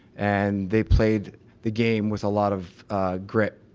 and they played the game with a lot of grit,